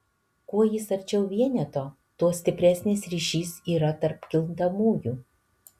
kuo jis arčiau vieneto tuo stipresnis ryšys yra tarp kintamųjų